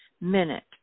minute